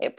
it